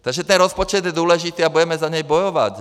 Takže ten rozpočet je důležitý a budeme za něj bojovat.